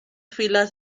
filas